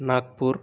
Nagpur